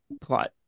plot